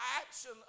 action